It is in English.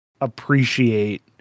appreciate